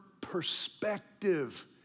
perspective